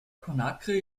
conakry